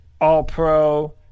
All-Pro